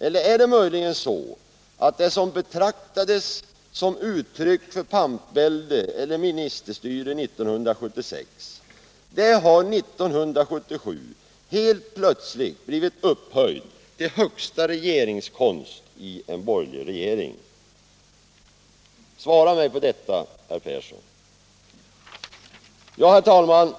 eller är det möjligen så, att det som betraktades som uttryck för pampvälde eller ministerstyre 1976 nu, år 1977, helt plötsligt har blivit upphöjt till högsta regeringskonst i en borgerlig regering? Svara mig på detta, herr Persson! Herr talman!